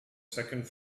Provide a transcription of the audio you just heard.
second